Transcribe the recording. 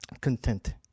content